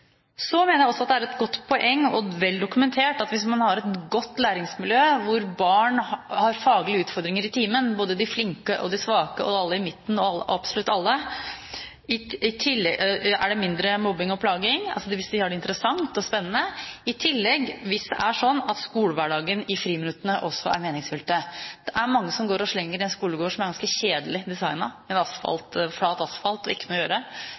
Så mener jeg også at det er et godt poeng og vel dokumentert at hvis man har et godt læringsmiljø hvor barn har faglige utfordringer i timen, både de flinke og de svake, de i midten og absolutt alle, er det mindre mobbing og plaging – altså hvis de har det interessant og spennende, og hvis det i tillegg er sånn at skolehverdagen i friminuttene også er meningsfylt. Det er mange som går og slenger i en skolegård, som er ganske kjedelig designet, med flat asfalt og ikke noe å gjøre.